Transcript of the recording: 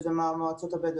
ראש מועצה אזורית בני שמעון,